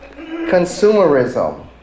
consumerism